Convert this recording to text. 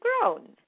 grown